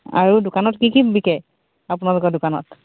আৰু দোকানত কি কি বিকে আপোনালোকৰ দোকানত